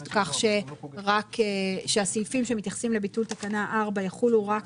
כך שהסעיפים שמתייחסים לביטול תקנה 4 יחולו רק